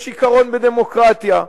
יש עיקרון בדמוקרטיה,